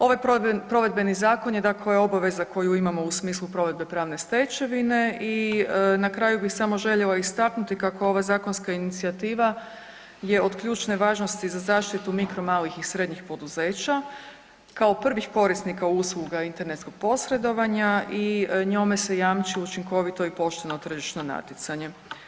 Ovaj provedbeni zakon je dakle obaveza koju imamo u smislu provedbe pravne stečevine i na kraju bih samo željela istaknuti kako ova zakonska inicijativa je od ključne važnosti za zaštitu mikro, malih i srednjih poduzeća kao prvih korisnika usluga internetskog posredovanja i njome se jamči učinkovito i pošteno tržišno natjecanje.